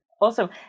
Awesome